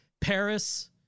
Paris